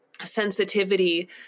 sensitivity